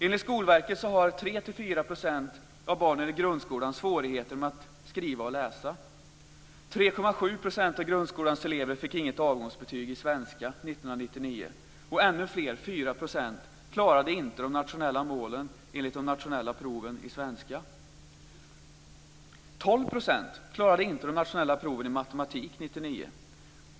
Enligt Skolverket har 3-4 % av barnen i grundskolan svårigheter att skriva och läsa. 3,7 % av grundskolans elever fick inget avgångsbetyg i svenska 1999, och ännu fler, 4 %, klarade inte de nationella målen enligt de nationella proven i svenska. 12 % klarade inte de nationella proven i matematik 1999.